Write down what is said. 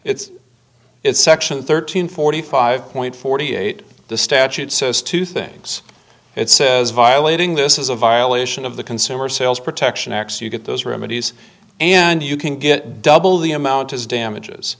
yes it's section thirteen forty five point forty eight the statute says two things it says violating this is a violation of the consumer sales protection acts you get those remedies and you can get double the amount as damages